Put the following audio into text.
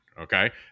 Okay